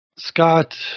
Scott